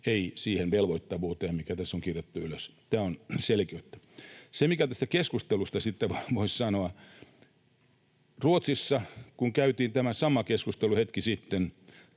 ei siihen velvoittavuuteen, mikä tässä on kirjattu ylös. Tämä on selkeyttä. Mitä tästä keskustelusta sitten voisi sanoa? Ruotsissa, kun käytiin tämä sama keskustelu hetki sitten,